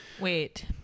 Wait